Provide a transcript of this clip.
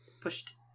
pushed